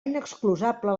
inexcusable